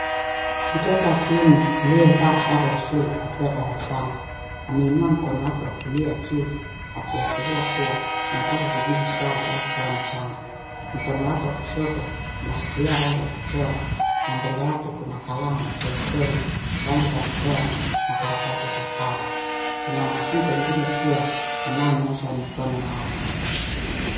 Mtoto wa kiume aliyevaa sare ya shule akiwa darasani ameinua mkono wake wa kulia juu akiashiria kuwa anataka kujibu swali au kutoa mchango. Mkono wake wa kushoto anashikilia rangi ya kuchora na mbele yake kuna kalamu, penseli, rangi za kuchora na karatasi za kazi. Kuna wanafunzi wengine pia wanaonyoosha mikono yao.